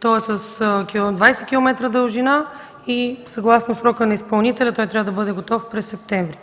Той е с 20 км дължина и съгласно срока на изпълнителя трябва да бъде готов през месец септември.